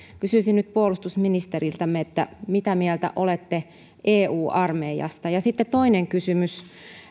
kysyisin nyt puolustusministeriltämme mitä mieltä olette eu armeijasta sitten toinen kysymys